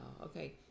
Okay